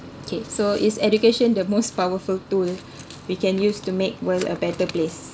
okay so is education the most powerful tool we can use to make world a better place